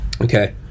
Okay